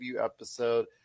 episode